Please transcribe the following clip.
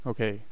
Okay